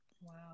Wow